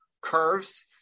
curves